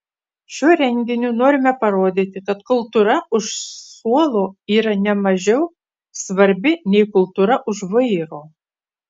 šiuo renginiu norime parodyti kad kultūra už suolo yra ne mažiau svarbi nei kultūra už vairo